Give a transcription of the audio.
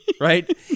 Right